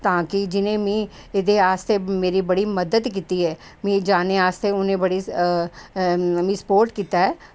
तां जे जिनें एह्दे आस्तै मेरी मदद कीती ऐ की जाने आस्तै उ'नें मेरी तां मिगी स्पोर्ट कीता तां